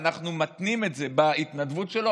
אנחנו מתנים את זה בהתנדבות שלו,